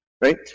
right